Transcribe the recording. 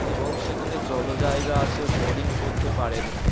এবং সেখানে জল জায়গা আছে বোটিং করতে পারেন